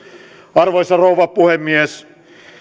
arvoisa rouva puhemies